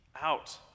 out